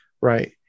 right